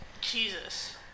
Jesus